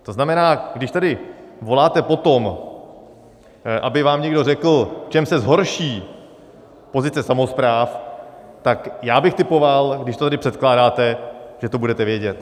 To znamená, když tady voláte po tom, aby vám někdo řekl, v čem se zhorší pozice samospráv, tak já bych tipoval, když to tady předkládáte, že to budete vědět.